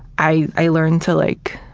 i i learn to like,